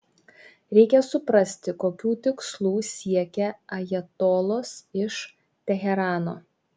reikia suprasti kokių tikslų siekia ajatolos iš teherano